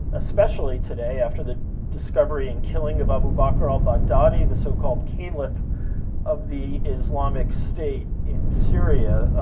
especially today, after the discovery and killing of abu bakr al-baghdadi, the so-called caliph of the islamic state in syria,